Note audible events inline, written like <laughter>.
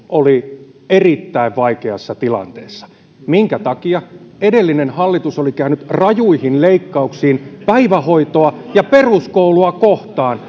oli erittäin vaikeassa tilanteessa minkä takia edellinen hallitus oli käynyt rajuihin leikkauksiin päivähoitoa ja peruskoulua kohtaan <unintelligible>